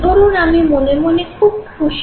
ধরুন আমি মনে মনে খুব খুশি